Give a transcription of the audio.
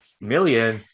Million